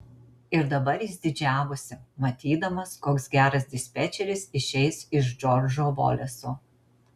ir dabar jis didžiavosi matydamas koks geras dispečeris išeis iš džordžo voleso